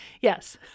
Yes